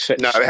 No